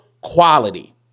quality